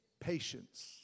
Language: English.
Patience